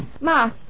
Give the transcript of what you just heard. Ma